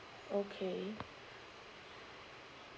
okay